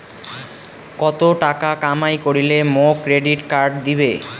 কত টাকা কামাই করিলে মোক ক্রেডিট কার্ড দিবে?